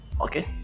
okay